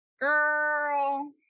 girl